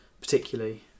particularly